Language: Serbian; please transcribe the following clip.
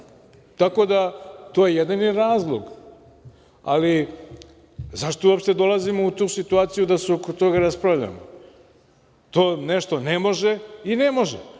i druge. To je jedini razlog, ali zašto uopšte dolazimo u situaciju da se oko toga raspravljamo? To nešto ne može i ne može,